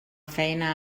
feina